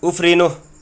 उफ्रिनु